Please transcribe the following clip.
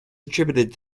attributed